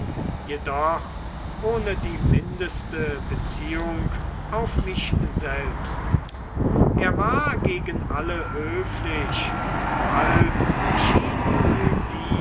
jedoch ohne die mindeste beziehung auf mich selbst er war gegen alle höflich und bald schien